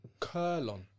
Curlon